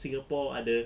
singapore ada